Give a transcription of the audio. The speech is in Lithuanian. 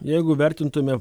jeigu vertintume